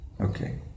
okay